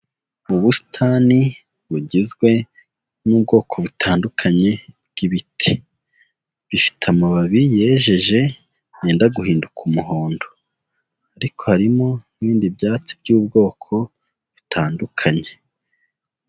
Ubusitani bugizwe n'ubwoko butandukanye bw'ibiti, bifite amababi yejeje yenda guhinduka umuhondo ariko harimo n'ibindi byatsi by'ubwoko butandukanye.